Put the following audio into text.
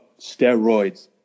steroids